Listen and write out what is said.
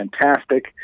fantastic